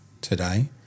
today